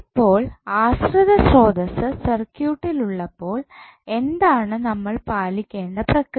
ഇപ്പോൾ ആശ്രിത സ്രോതസ്സ് സർക്യൂട്ടിൽ ഉള്ളപ്പോൾ എന്താണ് നമ്മൾ പാലിക്കേണ്ട പ്രക്രിയ